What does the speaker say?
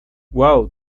uau